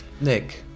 nick